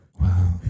Wow